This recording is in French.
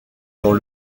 dans